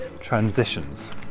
transitions